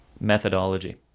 methodology